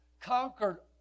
conquered